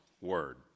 word